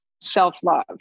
self-love